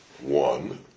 One